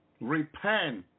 Repent